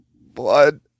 blood